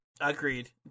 Agreed